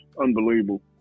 unbelievable